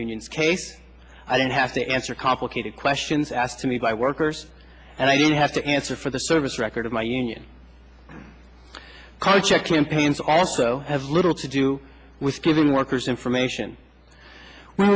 union's case i don't have to answer complicated questions asked to me by workers and i don't have to answer for the service record of my union card check and pains also have little to do with giving workers information w